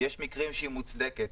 יש מקרים שהיא מוצדקת.